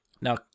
Now